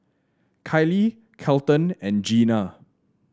Kylee Kelton and Gena